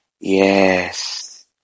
Yes